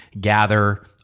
gather